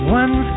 one